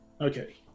okay